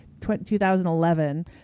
2011